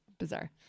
Bizarre